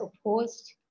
opposed